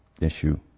issue